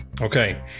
Okay